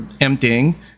emptying